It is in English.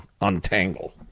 untangle